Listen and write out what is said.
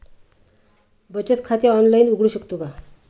बचत खाते ऑनलाइन उघडू शकतो का?